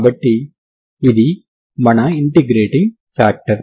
కాబట్టి ఇది మన ఇంటిగ్రేటింగ్ ఫ్యాక్టర్